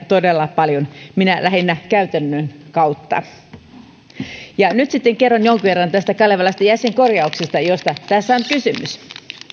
todella paljon minä lähinnä käytännön kautta ja nyt sitten kerron jonkin verran tästä kalevalaisesta jäsenkorjauksesta josta tässä on kysymys